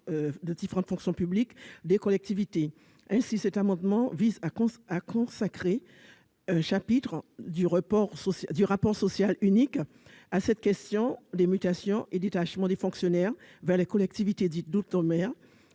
des différentes fonctions publiques dans ces collectivités. Ainsi, cet amendement vise à consacrer un chapitre du rapport social unique à la question des mutations et détachements de fonctionnaires vers les collectivités dites d'outre-mer.